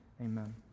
Amen